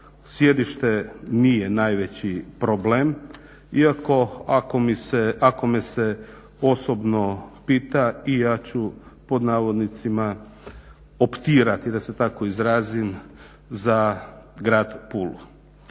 sjedište nije najveći problem iako ako me se osobno pita i ja ću pod navodnicima "optirati" da se tako izrazim za grad Pulu.